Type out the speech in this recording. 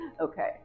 okay